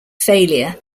failure